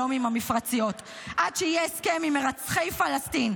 שלום עם המפרציות עד שיהיה הסכם עם מרצחי פלסטין,